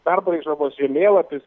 perbraižomas žemėlapis